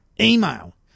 email